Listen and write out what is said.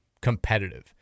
competitive